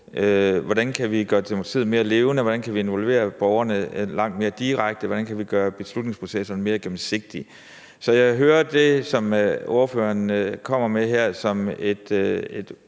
hvordan vi kan gøre demokratiet mere levende, hvordan vi kan involvere borgerne langt mere direkte, hvordan vi kan gøre beslutningsprocesserne mere gennemsigtige. Så jeg hører det, som ordføreren kommer med her, som et